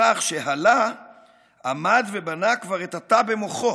בכך שהלה עמד ובנה כבר את התא במוחו,